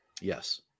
yes